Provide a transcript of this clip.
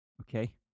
Okay